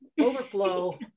overflow